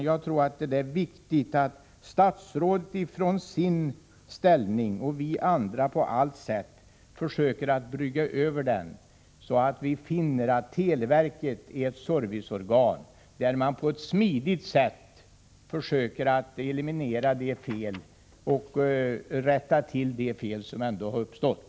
Jag tror att det är viktigt att statsrådet med sin ställning och vi andra på allt sätt försöker att brygga över den så att vi finner att televerket är ett serviceorgan, där man på ett smidigt sätt försöker att rätta till de fel som har uppstått.